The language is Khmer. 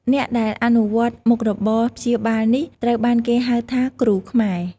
អ្នកដែលអនុវត្តមុខរបរព្យាបាលនេះ ត្រូវបានគេហៅថា "គ្រូខ្មែរ"។